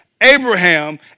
Abraham